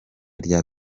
rya